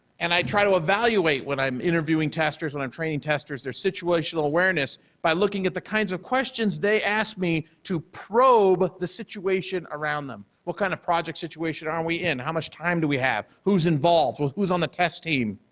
and i try to evaluate when i'm interviewing testers, when i'm training testers, their situational awareness by looking at the kinds of questions they ask me to probe the situation around them. what kind of project situation are we in? how much time do we have? who's involved? who's on the test team?